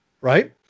right